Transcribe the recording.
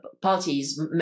parties